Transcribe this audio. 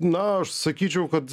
na aš sakyčiau kad